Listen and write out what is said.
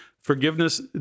forgiveness